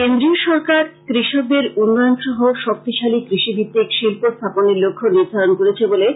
কেন্দ্রীয় সরকার কৃষকদের উন্নয়ন সহ শক্তিশালী কৃষিভিত্তিক শিল্প স্থাপনের লক্ষ নির্ধারণ করেছে বলে